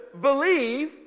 believe